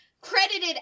Credited